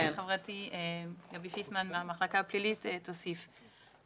חברתי גבי פיסמן מהמחלקה הפלילית תוסיף.